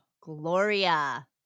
Gloria